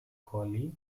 colley